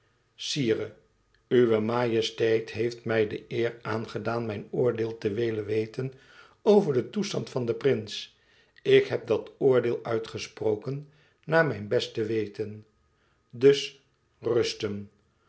sire uwe majesteit heeft mij de eer aangedaan mijn oordeel te willen weten over den toestand van den prins ik heb dat oordeel uitgesproken naar mijn beste weten dus rusten